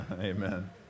Amen